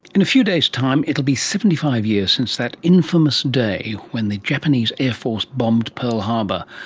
in a few days' time it'll be seventy five years since that infamous day when the japanese air force bombed pearl harbour.